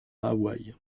hawaï